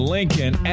Lincoln